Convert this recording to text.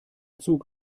zug